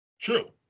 True